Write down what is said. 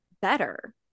better